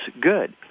good